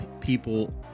people